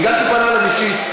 בגלל שהוא פנה אליו אישית,